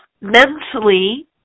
Mentally